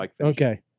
okay